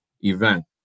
event